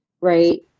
right